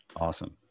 Awesome